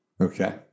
Okay